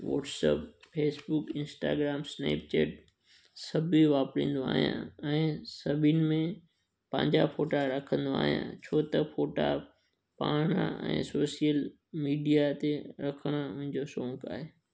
WhatsApp Facebook Instagram Snapchat सभु वापरिंदो आहियां ऐं सभिनि में पांजा फ़ोटा रखंदो आहियां छो त फ़ोटा पाण ऐं सोशल मीडिया ते रखण मुंहिंजो शौंक़ु आहे